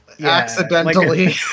Accidentally